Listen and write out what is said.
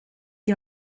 die